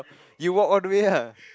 you walk all the way ah